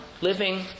living